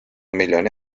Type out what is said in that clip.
miljoni